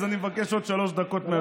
אז אני מבקש עוד שלוש דקות מהיושב-ראש.